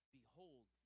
behold